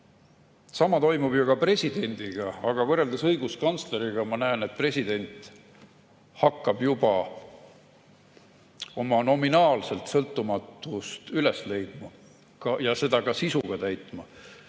Sama toimub ka presidendiga, aga võrreldes õiguskantsleriga ma näen, et president hakkab juba oma nominaalset sõltumatust üles leidma ja seda ka sisuga täitma.